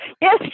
Yes